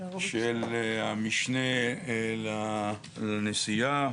של המשנה לנשיאה